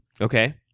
Okay